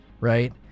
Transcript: right